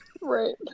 right